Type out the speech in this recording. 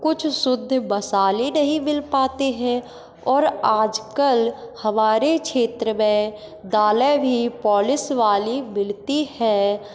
कुछ शुद्ध मसाले नहीं मिल पाते हैं और आजकल हमारे क्षेत्र में दालें भी पॉलिश वाली मिलती हैं